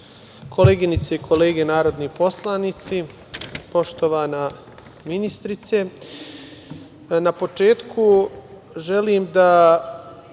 koleginice i kolege narodni poslanici, poštovana ministrice, na početku želim da